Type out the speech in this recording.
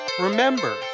remember